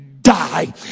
Die